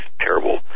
terrible